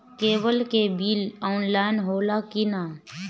Cable के bill offline होला कि ना?